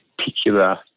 particular